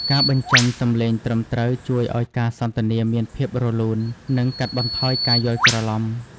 ការបញ្ចេញសំឡេងត្រឹមត្រូវជួយឱ្យការសន្ទនាមានភាពរលូន និងកាត់បន្ថយការយល់ច្រឡំ។